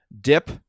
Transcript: dip